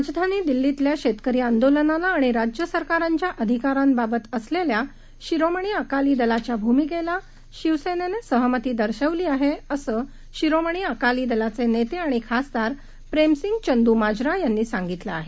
राजधानीदिल्लीतल्याशेतकरीआंदोलनालाआणिराज्यसरकारांच्याअधिकारांबाबतअसले ल्याशिरोमीअकालीदलाच्याभूमिकेलाशिवसेनेनेसहमतीदर्शविलीआहे असंशिरोमणीअकालीदलाचेनेतेआणिखासदारप्रेमसिंगचंद्रमाजरायांनीसांगितलंआहे